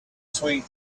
sweet